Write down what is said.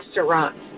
restaurants